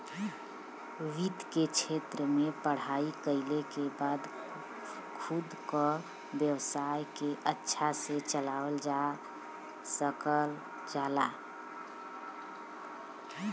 वित्त के क्षेत्र में पढ़ाई कइले के बाद खुद क व्यवसाय के अच्छा से चलावल जा सकल जाला